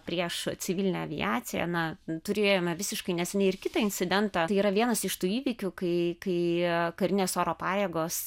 prieš civilinę aviaciją na turėjome visiškai neseniai ir kitą incidentą tai yra vienas iš tų įvykių kai kai karinės oro pajėgos